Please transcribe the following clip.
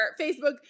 Facebook